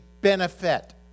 benefit